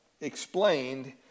explained